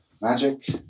magic